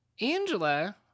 Angela